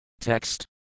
Text